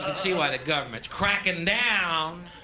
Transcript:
and see why the government's crackin' down.